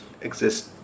exist